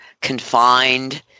confined